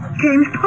James